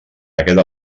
aquest